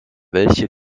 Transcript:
welche